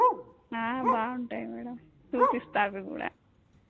బాగుంటాయి మేడం చూపిస్తా అవి కూడా